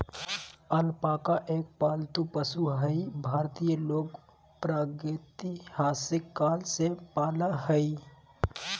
alpaca एक पालतू पशु हई भारतीय लोग प्रागेतिहासिक काल से पालय हई